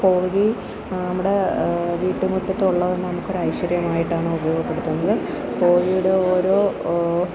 കോഴി നമ്മുടെ വീട്ടു മുറ്റത്തുള്ളത് നമുക്കൊരു ഐശ്വര്യമായിട്ടാണ് ഉപയോഗപ്പെടുത്തുന്നത് കോഴിയുടെ ഓരോ ഓ